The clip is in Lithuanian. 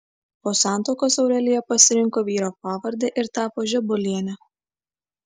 po santuokos aurelija pasirinko vyro pavardę ir tapo žebuoliene